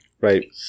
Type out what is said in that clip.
Right